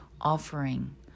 offering